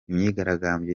imyigaragambyo